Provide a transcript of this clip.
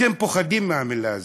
אתם פוחדים מהמילה הזו.